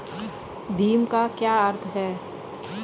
भीम का क्या अर्थ है?